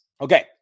Okay